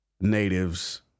natives